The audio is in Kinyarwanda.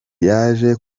yaje